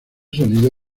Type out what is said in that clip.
sonido